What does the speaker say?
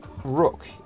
Rook